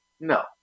no